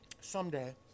someday